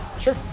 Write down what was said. Sure